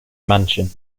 mansion